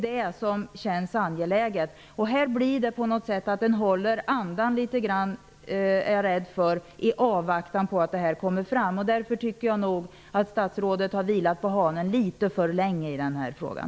Det känns angeläget. Man håller litet grand andan, är jag rädd för, i avvaktan på att utredningen blir klar. Därför tycker jag nog att statsrådet har vilat på hanen litet för länge i den här frågan.